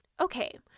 okay